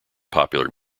popular